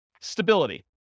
Stability